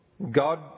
God